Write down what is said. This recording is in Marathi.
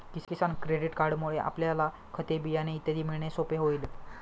किसान क्रेडिट कार्डमुळे आपल्याला खते, बियाणे इत्यादी मिळणे सोपे होईल